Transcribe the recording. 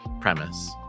premise